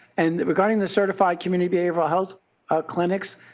and regarding the certified community behavioral health clinics,